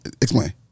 Explain